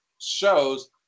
shows